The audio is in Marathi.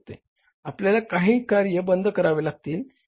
आपल्याला काही कार्य बंद करावे लागतील